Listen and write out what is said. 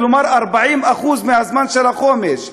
כלומר 40% מהזמן של החומש,